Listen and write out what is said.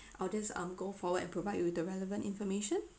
I'll just um go forward and provide you the relevant information